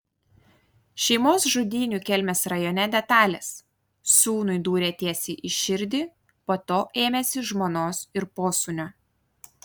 šeimos žudynių kelmės rajone detalės sūnui dūrė tiesiai į širdį po to ėmėsi žmonos ir posūnio